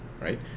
right